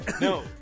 No